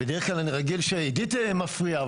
בדרך כלל אני רגיל שעידית מפריעה,